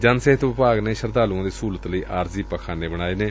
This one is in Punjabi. ਜਨ ਸਿਹਤ ਵਿਭਾਗ ਨੇ ਸ਼ਰਧਾਲੁਆਂ ਦੀ ਸਹੁਲਤ ਲਈ ਆਰਜ਼ੀ ਪਾਖਾਨੇ ਵੀ ਬਣਾਏ ਨੇ